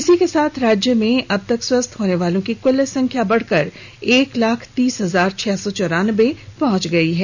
इसी के साथ राज्य में अब तक स्वस्थ होने वालों की कुल संख्या बढ़कर एक लाख तीस हजार छह सौ चौरानबे पहुंच गई है